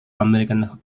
american